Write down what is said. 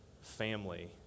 family